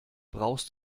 brauchst